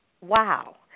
Wow